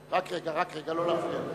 סעיף 3, כהצעת הוועדה, נתקבל.